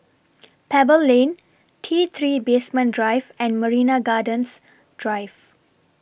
Pebble Lane T three Basement Drive and Marina Gardens Drive